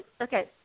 Okay